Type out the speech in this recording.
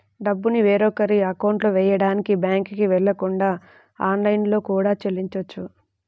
డబ్బుని వేరొకరి అకౌంట్లో వెయ్యడానికి బ్యేంకుకి వెళ్ళకుండా ఆన్లైన్లో కూడా చెల్లించొచ్చు